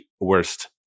worst